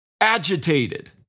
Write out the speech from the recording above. agitated